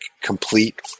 complete